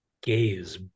gaze